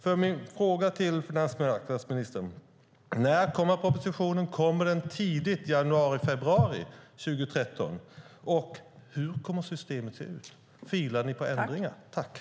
Jag vill fråga finansmarknadsministern: När kommer propositionen? Kommer den tidigt i januari eller februari 2013? Hur kommer systemet att se ut? Filar ni på ändringar?